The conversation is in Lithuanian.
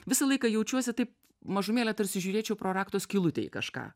visą laiką jaučiuosi taip mažumėlę tarsi žiūrėčiau pro rakto skylutę į kažką